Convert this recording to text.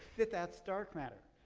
that that's dark matter.